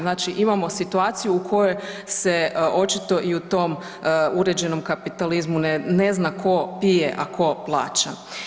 Znači imamo situaciju u kojoj se očito i u tom uređenom kapitalizmu ne zna tko pije, a tko plaća.